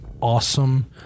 awesome